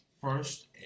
first